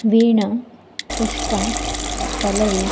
Veena Pushpa Pallavi